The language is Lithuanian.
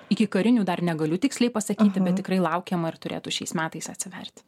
ikikarinių dar negaliu tiksliai pasakyti bet tikrai laukiama ir turėtų šiais metais atsiverti